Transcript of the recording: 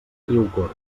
riucorb